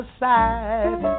side